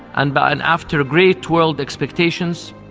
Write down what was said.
and and after great world expectations,